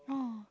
ah